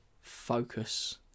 focus